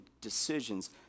decisions